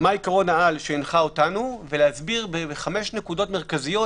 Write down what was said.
עקרון העל שהנחה אותנו ולהסביר 5 נקודות מרכזיות